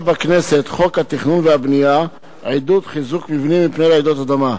בכנסת חוק התכנון והבנייה (עידוד חיזוק מבנים מפני רעידות אדמה)